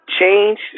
change